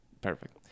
perfect